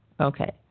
Okay